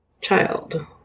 child